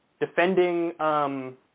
defending